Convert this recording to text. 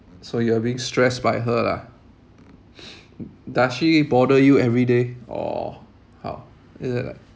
so you are being stressed by her lah does she bother you every day or how uh